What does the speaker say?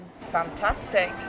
Fantastic